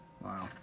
Wow